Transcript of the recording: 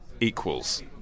equals